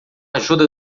ajuda